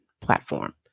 platform